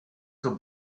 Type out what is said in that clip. zur